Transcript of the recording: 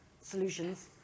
solutions